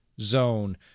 zone